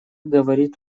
говорит